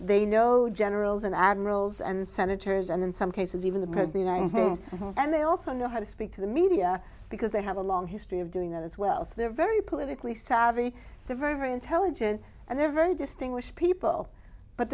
they know generals and admirals and senators and in some cases even the prez the united states and they also know how to speak to the media because they have a long history of doing that as well so they're very politically savvy they're very very intelligent and they're very distinguished people but